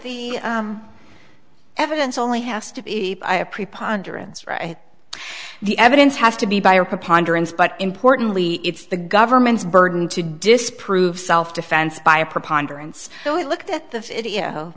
the evidence only has to be a preponderance right the evidence has to be by a preponderance but importantly it's the government's burden to disprove self defense by a preponderance so it looked at the video